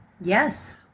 Yes